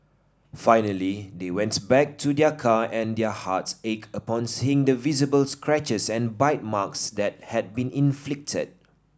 finally they went back to their car and their hearts ached upon seeing the visible scratches and bite marks that had been inflicted